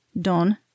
Don